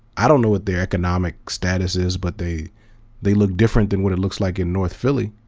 i don't know what their economic status is but they they look different than what it looks like in north philly.